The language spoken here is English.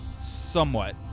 Somewhat